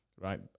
right